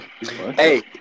Hey